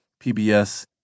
PBS